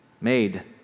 made